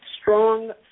strong